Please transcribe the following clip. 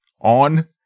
on